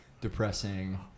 Depressing